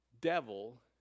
devil